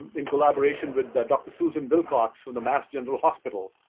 in collaboration with dr. susan wilcox from the mass general hospital.